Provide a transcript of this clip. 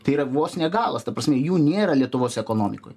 tai yra vos ne galas ta prasme jų nėra lietuvos ekonomikoj